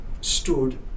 stood